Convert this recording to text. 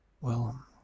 Well